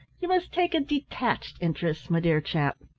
you must take a detached interest, my dear chap.